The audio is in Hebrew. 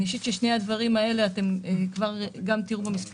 את שני הדברים האלה תראו במספרים.